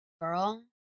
girl